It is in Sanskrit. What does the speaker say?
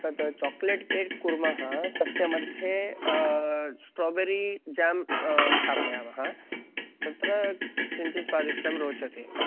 तत् चोक्लेट् केक् कुर्मः तस्य मध्ये स्ट्राबेरी जां स्थापयामः तत्र किञ्चित् स्वादिष्टं रोचते